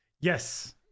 Yes